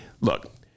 Look